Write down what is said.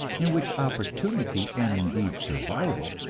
in which opportunity, and indeed survival,